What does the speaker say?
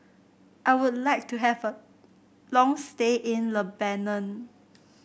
I would like to have a long stay in Lebanon